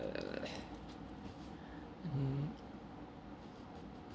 mm